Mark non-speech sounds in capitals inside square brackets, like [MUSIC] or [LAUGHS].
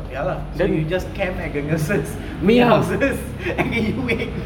ya lah so you just camp at the nurses punya houses then you wait [LAUGHS]